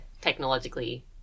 technologically